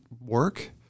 work